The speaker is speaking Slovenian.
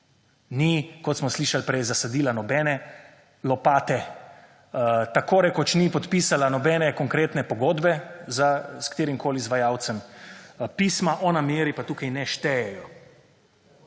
Ni kot smo slišali prej zasadila nobene lopate tako rekoč ni podpisala nobene konkretne pogodbe, s katerikoli izvajalcem. Pisna o nameri pa tukaj ne štejejo.